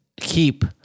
keep